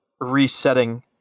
resetting